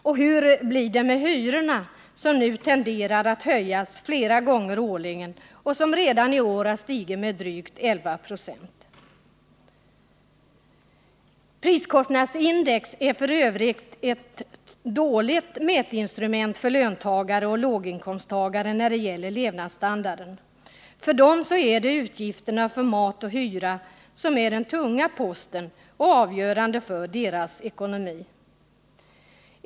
Och hur blir det med hyrorna, som nu tenderar att höjas flera gånger årligen och som redan i år har stigit med drygt 11 96? Priskostnadsindex är f.ö. ett dåligt mätinstrument för löntagare och låginkomsttagare när det gäller levnadsstandarden. För dem är det utgifterna för mat och hyra som är den tunga posten och avgörande för deras ekonomi.